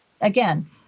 again